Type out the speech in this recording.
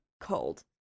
cold